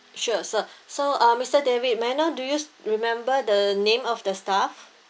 sure sir so uh mister david may I know do you remember the name of the staff